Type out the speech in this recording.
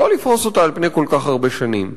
לא לפרוס אותה על פני כל כך הרבה שנים.